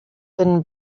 thin